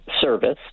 service